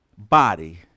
body